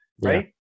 right